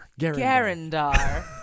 Garandar